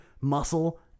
muscle